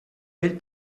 vell